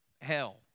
hell